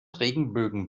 regenbögen